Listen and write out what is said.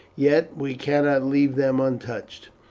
yet we cannot leave them untouched.